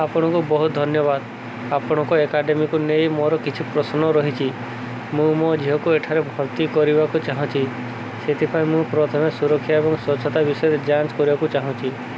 ଆପଣଙ୍କୁ ବହୁତ ଧନ୍ୟବାଦ ଆପଣଙ୍କ ଏକାଡ଼େମୀକୁ ନେଇ ମୋର କିଛି ପ୍ରଶ୍ନ ରହିଛି ମୁଁ ମୋ ଝିଅକୁ ଏଠାରେ ଭର୍ତ୍ତି କରିବାକୁ ଚାହୁଁଛି ସେଥିପାଇଁ ମୁଁ ପ୍ରଥମେ ସୁରକ୍ଷା ଏବଂ ସ୍ୱଚ୍ଛତା ବିଷୟ ଯାଞ୍ଚ କରିବାକୁ ଚାହୁଁଛି